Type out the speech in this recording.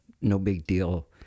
no-big-deal